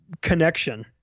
connection